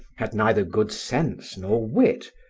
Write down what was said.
had neither good sense nor wit,